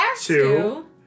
Two